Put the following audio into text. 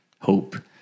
Hope